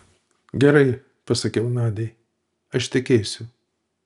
gerai pasakiau nadiai aš tekėsiu